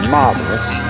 marvelous